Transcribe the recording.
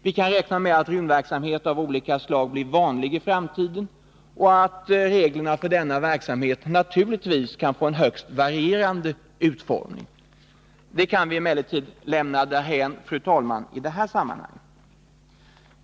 Vi kan räkna med att rymdverksamhet av olika slag blir vanlig i framtiden och att reglerna för denna verksamhet naturligtvis kan få en högst varierande utformning. Det kan vi emellertid lämna därhän, fru talman, i det här sammanhanget.